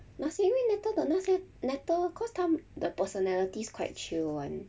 那些因为 natal 的那些 natal cause 他们 the personalities quite chill [one]